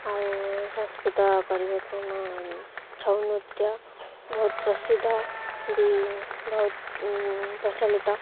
ଆଉ ସଂସ୍କୃତ ପରିବର୍ତ୍ତନ ଛଉ ନୃତ୍ୟ ବହୁତ ପ୍ରସିଦ୍ଧ ବି ବହୁତ ପ୍ରଚଳିତ